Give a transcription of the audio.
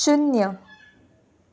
शुन्य